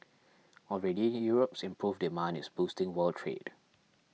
already Europe's improved demand is boosting world trade